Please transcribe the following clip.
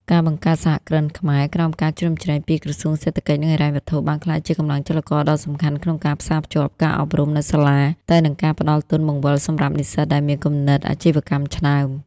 ការបង្កើត សហគ្រិនខ្មែរ ក្រោមការជ្រោមជ្រែងពីក្រសួងសេដ្ឋកិច្ច និងហិរញ្ញវត្ថុ បានក្លាយជាកម្លាំងចលករដ៏សំខាន់ក្នុងការផ្សារភ្ជាប់ការអប់រំនៅសាលា ទៅនឹងការផ្ដល់ទុនបង្វិលសម្រាប់និស្សិតដែលមានគំនិតអាជីវកម្មឆ្នើម។